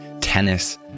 tennis